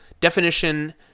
definition